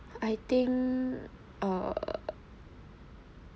I think err